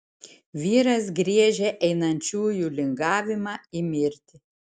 vyras griežia einančiųjų lingavimą į mirtį